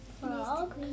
Frog